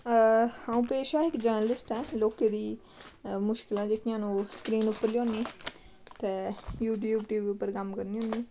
अ'ऊं पेशां इक जर्नलिस्ट आं लोकें दी मुश्कलां जेह्कियां न ओह् स्क्रीन पर लेई औनी ते यूट्यूब टी वी उप्पर कम्म करनी होन्नी